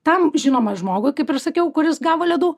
tam žinoma žmogui kaip ir sakiau kuris gavo ledų